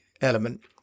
element